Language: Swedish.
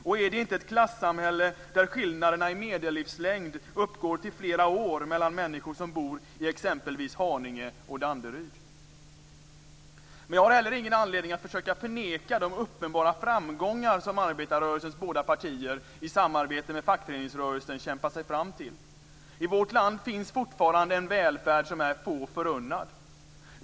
Och är det inte ett klassamhälle där skillnaderna i medellivslängd uppgår till flera år exempelvis mellan människor som bor i Haninge och människor som bor i Danderyd? Men jag har inte heller någon anledning att förneka de uppenbara framgångar som arbetarrörelsens båda partier i samarbete med fackföreningsrörelsen kämpat sig fram till. I vårt land finns det fortfarande en välfärd som är få förunnad.